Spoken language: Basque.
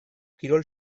kirol